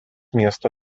miesto